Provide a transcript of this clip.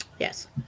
Yes